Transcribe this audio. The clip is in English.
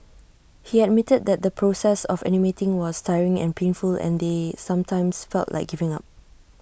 he admitted that the process of animating was tiring and painful and they sometimes felt like giving up